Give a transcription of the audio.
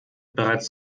bereits